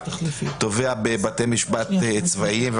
תובע בבתי משפט צבאיים,